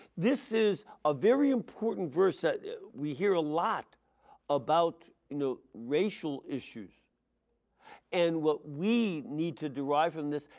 this is a very important verse that we hear a lot about you know racial issues and what we need to derive from this,